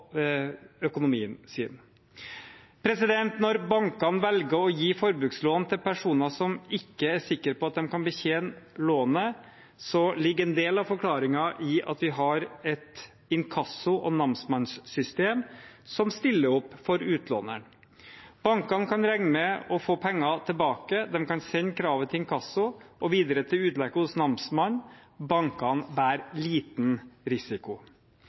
økonomien sin. Når bankene velger å gi forbrukslån til personer som ikke er sikre på at de kan betjene lånet, ligger en del av forklaringen i at vi har et inkasso- og namsmannssystem som stiller opp for utlåneren. Bankene kan regne med å få pengene tilbake, de kan sende kravet til inkasso og videre til utlegg hos namsmannen. Bankene bærer liten risiko.